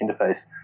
interface